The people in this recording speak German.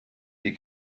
die